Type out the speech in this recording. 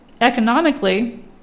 Economically